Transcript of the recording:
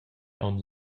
aunc